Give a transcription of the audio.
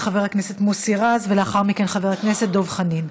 חבר הכנסת מוסי רז, ולאחר מכן, חבר הכנסת דב חנין.